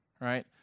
Right